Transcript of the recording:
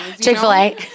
Chick-fil-A